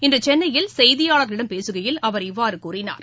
இன்றுசென்னையில் செய்தியாளர்களிடம் பேசுகையில் அவர் இவ்வாறுகூறினார்